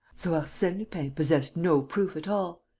so arsene lupin possessed no proof at all